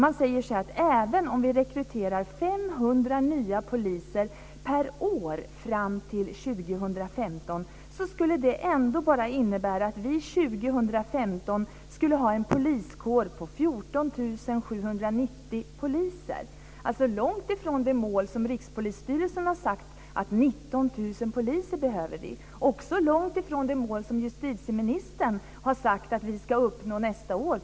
Man säger att även om vi rekryterar 500 nya poliser per år fram till år 2015 skulle det bara innebära att vi år 2015 skulle ha en poliskår på 14 790 poliser. Det är långt ifrån det mål som finns. Rikspolisstyrelsen har sagt att vi behöver 19 000 poliser. Det är också långt ifrån det mål på 16 700 som justitieministern har sagt att vi ska uppnå nästa år.